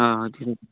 हां हां अच्छा